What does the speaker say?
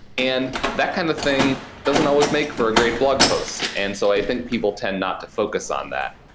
and that kind of thing doesn't always make for a great blog post. and so i think people tend not to focus on that.